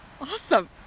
Awesome